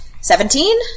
Seventeen